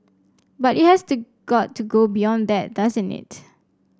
but it has to got to go beyond that doesn't it